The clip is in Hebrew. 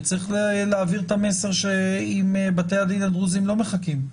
וצריך להעביר את המסר שעם בתי הדין הדרוזים לא מחכים,